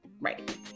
Right